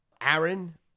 Aaron